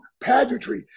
pageantry